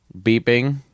beeping